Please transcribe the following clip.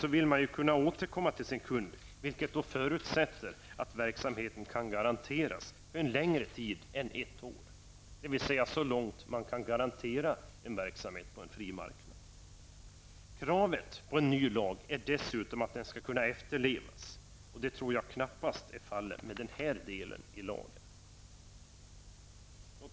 Man vill rimligen kunna återkomma till sin kund, vilket förutsätter att verksamheten kan garanteras för en längre tid än ett år, dvs. så länge man kan garantera en verksamhet på en fri marknad. Det krävs dessutom av en ny lag att den skall kunna efterlevas. Det tror jag knappast är fallet med denna del av den föreslagna lagen.